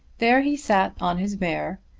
there he sat on his mare,